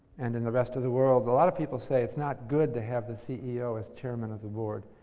and in the rest of the world. a lot of people say it's not good to have the ceo as chairman of the board.